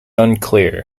unclear